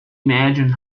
imagined